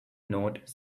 note